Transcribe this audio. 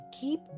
keep